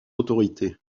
autorités